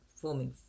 forming